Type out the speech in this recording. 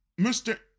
Mr